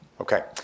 Okay